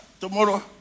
Tomorrow